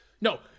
no